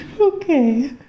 Okay